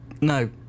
no